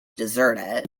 deserted